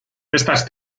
estas